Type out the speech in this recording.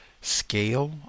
scale